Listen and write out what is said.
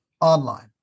online